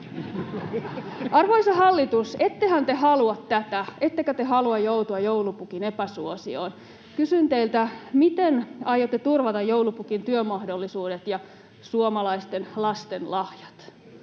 Arvoisa hallitus, ettehän te halua tätä, ja ette kai te halua joutua joulupukin epäsuosioon? Kysyn teiltä: miten aiotte turvata joulupukin työmahdollisuudet ja suomalaisten lasten lahjat?